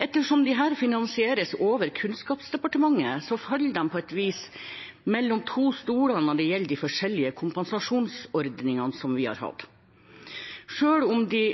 Ettersom de finansieres over Kunnskapsdepartementets budsjett, faller de på et vis mellom to stoler når det gjelder de forskjellige kompensasjonsordningene vi har hatt, selv om de